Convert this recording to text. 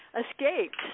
escaped